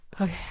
Okay